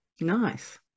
nice